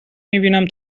میبینم